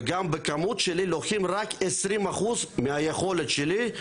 וגם בכמות שלי לוקחים רק 20% מהיכולת שלי.